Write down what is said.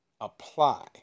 apply